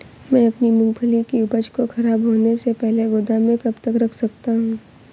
मैं अपनी मूँगफली की उपज को ख़राब होने से पहले गोदाम में कब तक रख सकता हूँ?